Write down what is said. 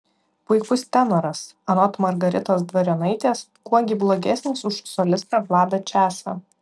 puikus tenoras anot margaritos dvarionaitės kuo gi blogesnis už solistą vladą česą